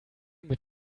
mit